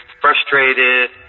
frustrated